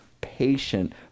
patient